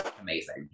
amazing